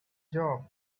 job